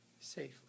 safely